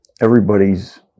everybody's